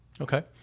okay